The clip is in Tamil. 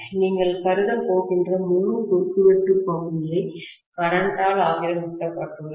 நீங்கள் கருத போகின்ற முழு குறுக்குவெட்டு பகுதியைகரண்ட்டால் ஆக்கிரமிக்கப்பட்டுள்ளது